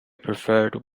preferred